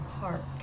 Park